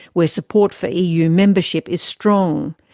where support for eu membership is strong.